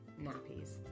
nappies